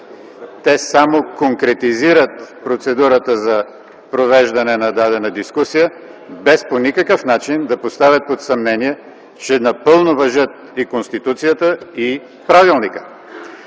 Те само конкретизират процедурата за провеждане на дадена дискусия, без по никакъв начин да поставят под съмнение, че напълно важат и Конституцията, и правилникът.